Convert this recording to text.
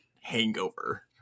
hangover